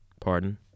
Pardon